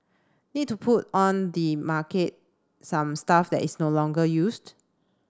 need to put on the market some stuff that is no longer used